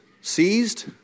seized